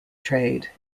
trade